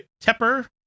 Tepper